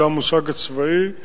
זה המושג הצבאי,